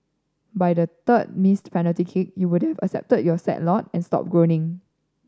by the third missed penalty kick you would've accepted your sad lot and stopped groaning